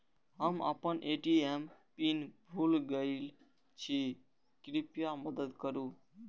हम आपन ATM pin भूल गईल छी, कृपया मदद करू